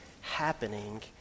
happening